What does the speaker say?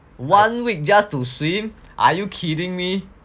one week just to swim are you kidding me